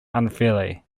unfairly